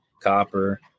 copper